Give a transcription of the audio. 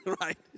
right